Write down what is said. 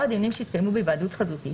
הדיונים שהתקיימו בהיוועדות חזותית,